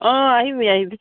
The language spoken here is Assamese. অঁ আহিবি আহিবি